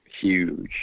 huge